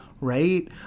Right